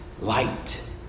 light